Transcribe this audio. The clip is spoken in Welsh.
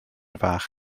fach